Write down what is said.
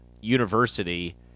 university